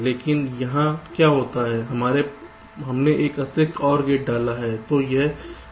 लेकिन यहाँ क्या होता है हमने एक अतिरिक्त OR गेट डाला है